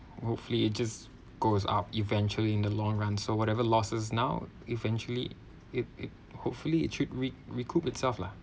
hopefully it just goes up eventually in the long run so whatever losses now eventually it it hopefully it should re~ ~ recoup itself lah